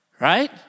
Right